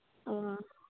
ꯎꯝ